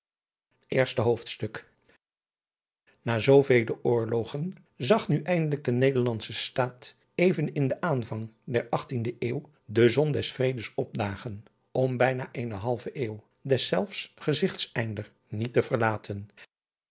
eerste hoofdstuk na zoovele oorlogen zag nu eindelijk de nederlandsche staat even in den aanvang der achttiende eeuw de zon des vredes opdagen om bijna eene halve eeuw deszelfs gezigteinder niet te verlaten